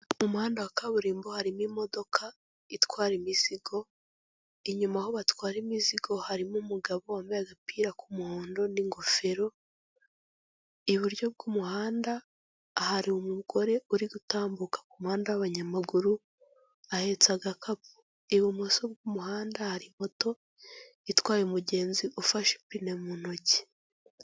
Mu muhanda wa kaburimbo harimo imodoka itwara imizigo, inyuma aho batwara imizigo harimo umugabo wambaye agapira k'umuhondo n'ingofero, iburyo bw'umuhanda hari umugore uri gutambuka ku muhanda w'abanyamaguru ahetse agakapu, ibumoso bw'umuhanda hari moto itwaye umugenzi ufashe ipine mu ntoki.